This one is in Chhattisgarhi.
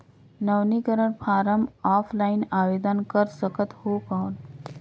नवीनीकरण फारम ऑफलाइन आवेदन कर सकत हो कौन?